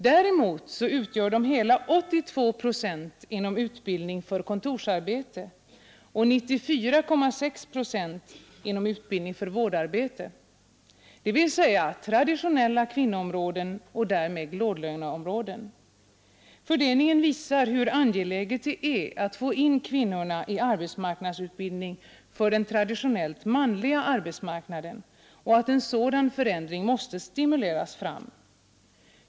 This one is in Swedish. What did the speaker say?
Däremot utgör de hela 82 procent inom utbildning för kontorsarbete och 94,6 procent inom utbildning för vårdarbete, dvs. traditionella kvinnoområden och därmed låglöneom råden. Fördelningen visar hur angeläget det är att få in kvinnorna i arbetsmarknadsutbildning för den traditionellt manliga arbetsmarknaden och att en sådan förändring måste stimuleras fram.